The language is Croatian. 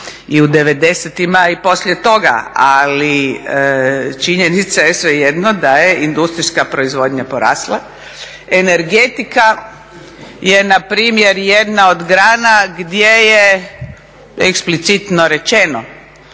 i u 90.-tima i poslije toga. Ali činjenica je svejedno da je industrijska proizvodnja porasla, energetika je npr. jedna od grana gdje je eksplicitno rečeno